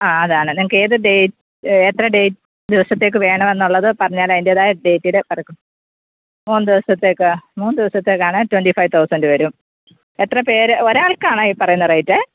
ആ അതാണ് നിങ്ങൾക്ക് ഏത് ഡേയ് എത്ര ഡേയ് ദിവസത്തേക്കു വേണം എന്നുള്ളത് പറഞ്ഞാൽ അതിന്റെതായ ഡേറ്റിന് നടക്കും മൂന്ന് ദിവസത്തേക്ക് മൂന്ന് ദിവസതെക്കാണ് ട്ട്വന്റി ഫൈവ് തൗസന്റ് വരും എത്ര പേര് ഒരാള്ക്കാണ് ഈ പറയുന്ന റേറ്റേ